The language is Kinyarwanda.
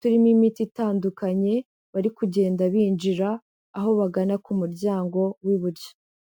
turimo imiti itandukanye, bari kugenda binjira, aho bagana ku muryango w'iburyo.